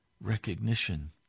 recognition